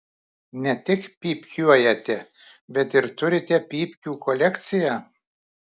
ne tik pypkiuojate bet ir turite pypkių kolekciją